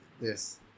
Yes